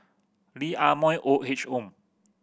Lee Ah Mooi Old Age Home